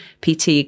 pt